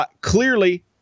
clearly